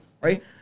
right